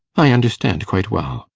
i understand quite well.